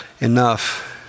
enough